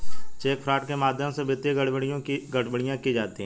check fraud के माध्यम से वित्तीय गड़बड़ियां की जाती हैं